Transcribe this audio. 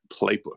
playbook